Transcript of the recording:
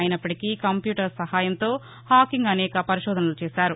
అయినప్పటికీ కంప్యూటర్ సహాయంతో హాకింగ్ అనేక పరిశోధనలు చేశారు